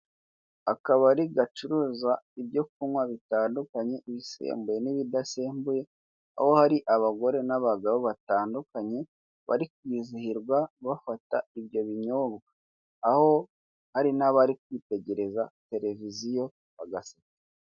Akabari gacuruza ibyo kunywa bitandukanye; ibisembuye n'ibidasembuye, aho hari abagore n'abagabo batandukanye bari kwizihirwa, bafata ibyo binyobwa, aho hari n'abari kwitegereza televiziyo bagaseka.